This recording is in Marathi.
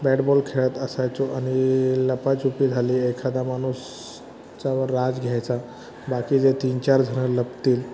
बॅट बॉल खेळत असायचो आणि लपाछुपी झाली एखादा माणूस चा वर राज घ्यायचा बाकीचे तीन चारजणं लपतील